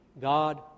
God